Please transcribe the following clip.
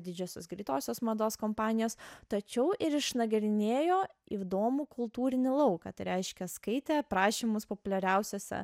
didžiosios greitosios mados kompanijos tačiau ir išnagrinėjo įdomų kultūrinį lauką tai reiškia skaitė aprašymus populiariausiose